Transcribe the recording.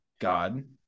God